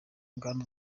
bwana